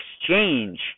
exchange